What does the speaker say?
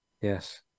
yes